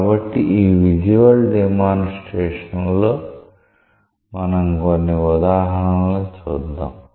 కాబట్టి ఈ visual demonstration ల్లో మనం కొన్ని ఉదాహరణలు చూద్దాం